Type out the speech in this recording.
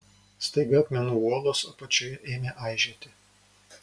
staiga akmenų uolos apačioje ėmė aižėti